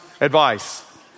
advice